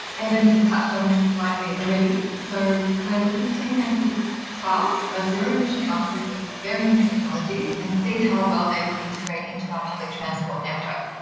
evan has touched on this slightly already, so we're looking to enable trials of zero emission buses of varying technologies and see how well they integrate into our public transport network.